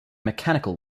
mechanical